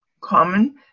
common